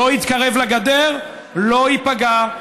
לא יתקרב לגדר, לא ייפגע.